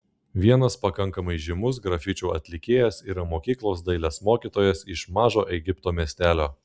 vienas pakankamai žymus grafičių atlikėjas yra mokyklos dailės mokytojas iš mažo egipto miestelio